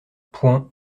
point